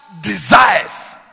desires